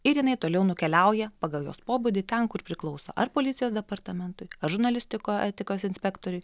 ir jinai toliau nukeliauja pagal jos pobūdį ten kur priklauso ar policijos departamentui ar žurnalistikų etikos inspektoriui